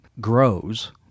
grows